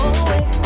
away